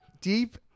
Deep